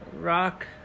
Rock